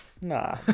Nah